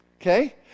Okay